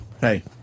Hey